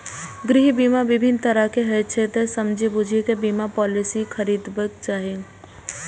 गृह बीमा विभिन्न तरहक होइ छै, तें समझि बूझि कें बीमा पॉलिसी खरीदबाक चाही